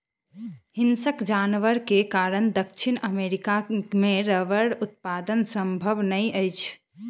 हिंसक जानवर के कारण दक्षिण अमेरिका मे रबड़ उत्पादन संभव नै अछि